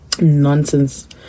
nonsense